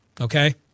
okay